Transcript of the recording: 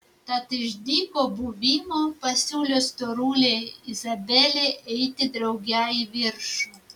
tad iš dyko buvimo pasiūlė storulei izabelei eiti drauge į viršų